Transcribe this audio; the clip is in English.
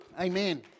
Amen